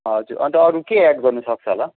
हजुर अन्त अरू के एड गर्नु सक्छ होला